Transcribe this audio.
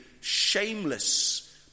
shameless